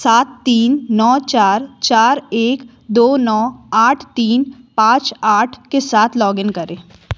सात तीन नौ चार चार एक दो नौ आठ तीन पाँच आठ के साथ लॉगिन करे